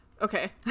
Okay